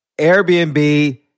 Airbnb